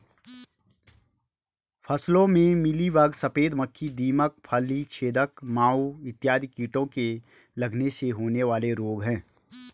फसलों में मिलीबग, सफेद मक्खी, दीमक, फली छेदक माहू इत्यादि कीटों के लगने से होने वाले रोग हैं